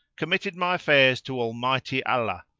committed my affairs to almighty allah,